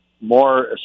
more